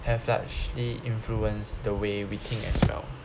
have largely influenced the way we think as well